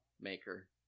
maker